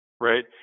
right